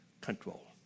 control